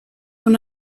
when